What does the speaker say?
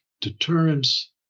deterrence